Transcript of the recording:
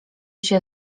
się